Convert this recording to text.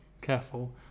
Careful